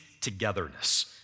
togetherness